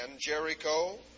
Jericho